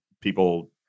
people